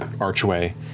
archway